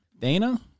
Dana